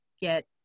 get